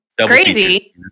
crazy